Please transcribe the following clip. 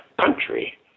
country